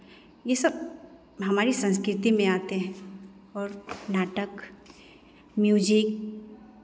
ये सब हमारी संस्कृति में आते हैं और नाटक म्यूज़िक